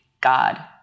God